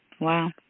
Wow